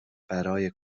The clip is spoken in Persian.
برای